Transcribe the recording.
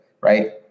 Right